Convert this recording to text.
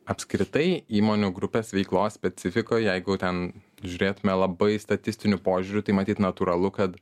apskritai įmonių grupės veiklos specifikoje jeigu ten žiūrėtumėme labai statistiniu požiūriu tai matyt natūralu kad